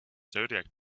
zodiac